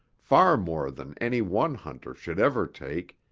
far more than any one hunter should ever take,